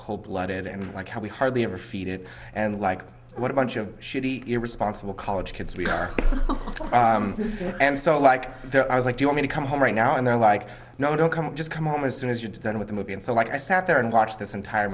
cold blooded and like how we hardly ever feed it and like what a bunch of shitty irresponsible college kids we are and so like there i was like you're going to come home right now and they're like no don't come just come home as soon as you're done with the movie and so like i sat there and watched this entire